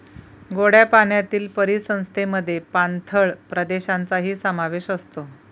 गोड्या पाण्यातील परिसंस्थेमध्ये पाणथळ प्रदेशांचाही समावेश असतो